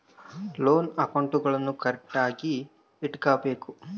loan ಅಕೌಂಟ್ಗುಳ್ನೂ ಕರೆಕ್ಟ್ಆಗಿ ಇಟಗಬೇಕು